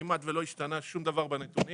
כמעט ולא השתנה שום דבר בנתונים.